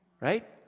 right